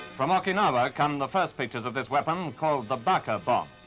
from okinawa come the first pictures of this weapon, called the baka bomb.